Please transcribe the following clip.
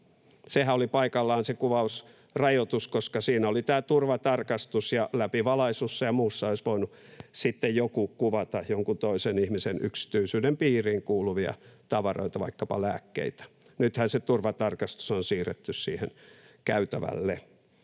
Sehän oli paikallaan se kuvausrajoitus, koska siinä oli tämä turvatarkastus ja läpivalaisussa ja muussa olisi voinut sitten joku kuvata jonkun toisen ihmisen yksityisyyden piiriin kuuluvia tavaroita, vaikkapa lääkkeitä. Nythän se turvatarkastus on siirretty siihen käytävälle